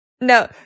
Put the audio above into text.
No